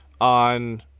on